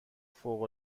فوق